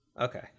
Okay